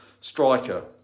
striker